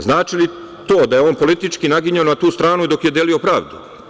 Znači li to da je on politički naginjao na tu stranu dok je delio pravdu?